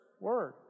word